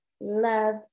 love